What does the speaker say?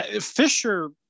Fisher